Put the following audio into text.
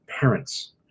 parents